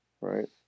right